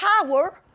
power